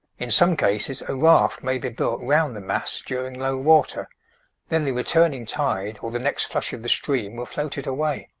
in some cases a raft may be built round the mass during low water then the returning tide or the next flush of the stream will float it away.